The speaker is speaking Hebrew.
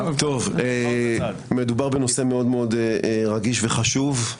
מדובר בנושא רגיש מאוד וחשוב.